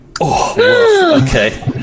Okay